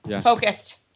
Focused